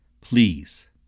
Please